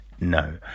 no